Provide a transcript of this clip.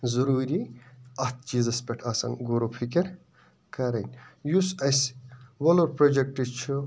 ضروٗری اَتھ چیٖزَس پٮ۪ٹھ آسان غوروفکر کَرٕنۍ یُس اَسہِ وۄلُر پرٛوجَیکٹہٕ چھُ